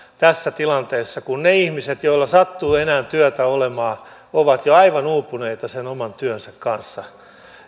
tässä tilanteessa kun ne ihmiset joilla sattuu enää työtä olemaan ovat jo aivan uupuneita sen oman työnsä kanssa